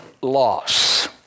loss